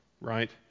right